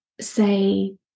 say